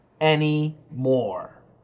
anymore